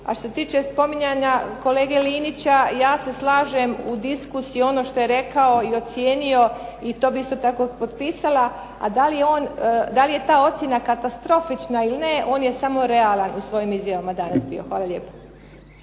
A što se tiče spominjanja kolege Linića, ja se slažem u diskusiji ono što je rekao i ocijenio i to bi isto tako potpisala, a da li je ta ocjena katastrofična ili ne, on je samo realan u svojim izjavama danas bio. Hvala lijepo.